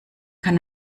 kann